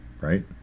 Right